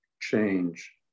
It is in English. change